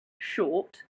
Short